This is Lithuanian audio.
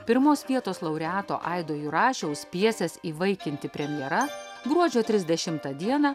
pirmos vietos laureato aido jurašiaus pjesės įvaikinti premjera gruodžio trisdešimtą dieną